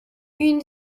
une